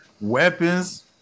weapons